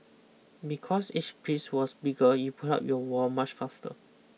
because each piece was bigger you put up your wall much faster